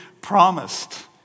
promised